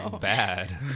bad